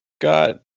got